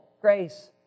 grace